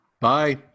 Bye